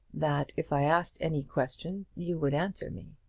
that if i asked any question you would answer me.